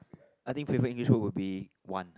I think favorite English word would be one